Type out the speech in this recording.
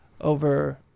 over